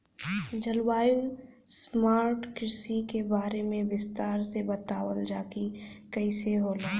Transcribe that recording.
जलवायु स्मार्ट कृषि के बारे में विस्तार से बतावल जाकि कइसे होला?